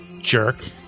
Jerk